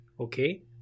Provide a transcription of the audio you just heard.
Okay